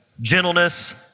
gentleness